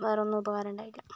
വേറെ ഒന്നും ഉപകാരം ഉണ്ടായില്ല